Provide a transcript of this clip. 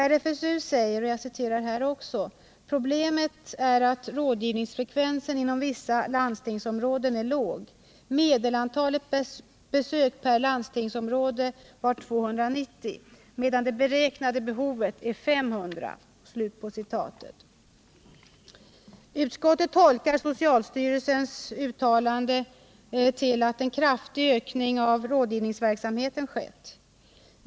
RFSU säger: ”Problemet är att rådgivningsfrekvensen inom vissa landstingsområden är låg. ——- Medelantalet besök per landstingsområde var 290, medan det beräknade behovet är 500.” Utskottet tolkar socialstyrelsens uttalande så, att en kraftig ökning av rådgivningsverksamheten har skett.